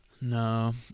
No